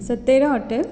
सत्येगा hotel